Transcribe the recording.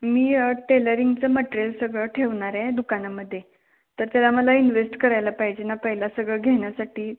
मी टेलरिंगचं मट्रेल सगळं ठेवणार आहे दुकानामध्ये तर तर आम्हाला इन्वेस्ट करायला पाहिजे ना पहिलं सगळं घेण्यासाठी